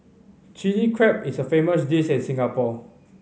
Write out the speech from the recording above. Chilli Crab is a famous dish in Singapore